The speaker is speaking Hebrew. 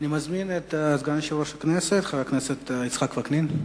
אני מזמין את סגן יושב-ראש הכנסת חבר הכנסת יצחק וקנין.